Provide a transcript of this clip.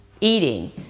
eating